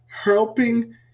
helping